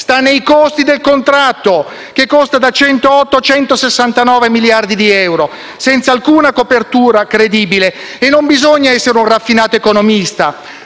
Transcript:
sta nei costi del contratto, che vanno da 108 a 169 miliardi di euro senza alcuna copertura credibile. Non bisogna essere un raffinato economista